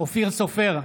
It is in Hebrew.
אופיר סופר,